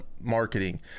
marketing